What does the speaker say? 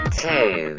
two